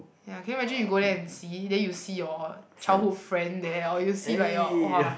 ya can you imagine you go there and see then you see your childhood friend there or you see like your !wah!